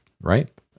right